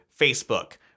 Facebook